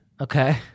Okay